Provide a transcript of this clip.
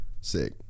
sick